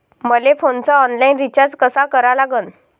मले फोनचा online recharge कसा करा लागन?